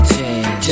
change